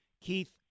Keith